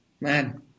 Man